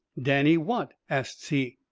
danny what? asts he.